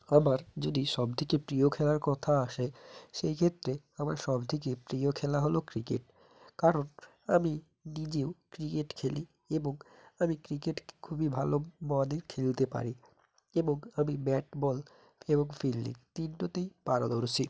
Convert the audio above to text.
আমার যদি সবথেকে প্রিয় খেলার কথা আসে সেইক্ষেত্রে আমার সবথেকে প্রিয় খেলা হলো ক্রিকেট কারণ আমি নিজেও ক্রিকেট খেলি এবং আমি ক্রিকেট খুবই ভালো মাদে খেলতে পারি এবং আমি ব্যাট বল এবং ফিল্ডিং তিনটেতেই পারদর্শী